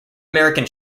american